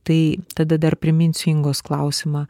tai tada dar priminsiu ingos klausimą